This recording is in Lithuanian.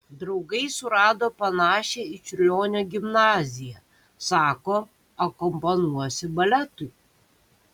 draugai surado panašią į čiurlionio gimnaziją sako akompanuosi baletui